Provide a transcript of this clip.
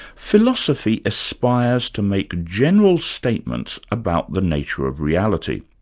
philosophy aspires to make general statements about the nature of reality.